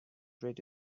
ready